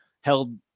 held